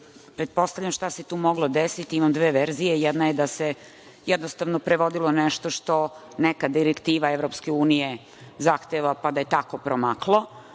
Pretpostavljam šta se tu moglo desiti, ima dve verzije; jedna je da se jednostavno prevodilo nešto što neka direktiva EU zahteva, pa da je tako promaklo,